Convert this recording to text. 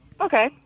Okay